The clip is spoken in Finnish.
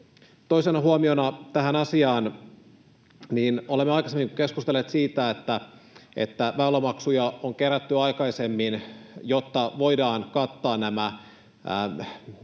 Toisena huomiona tähän asiaan: Olemme aikaisemmin keskustelleet siitä, että väylämaksuja on aikaisemmin kerätty, jotta voidaan kattaa